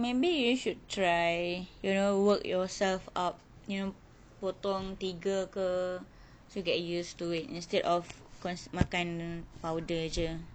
maybe you should try you know work yourself up you know potong tiga ke to get used to it instead of cons~ makan powder jer